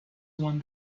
want